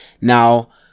Now